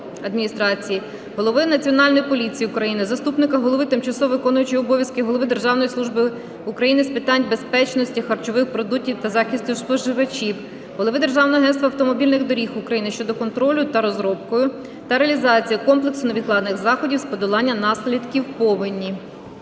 адміністрації, голови Національної поліції України, заступника голови - тимчасово виконуючої обов'язки голови Державної служби України з питань безпечності харчових продуктів та захисту споживачів, голови Державного агентства автомобільних доріг України щодо контролю за розробкою та реалізацією комплексу невідкладних заходів з подолання наслідків повені.